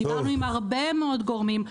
דיברנו עם הרבה מאוד גורמים,